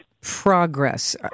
progress